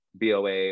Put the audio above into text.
BOA